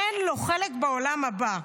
אין לו חלק בעולם הבא".